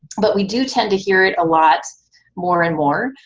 but we do tend to hear it a lot more and more,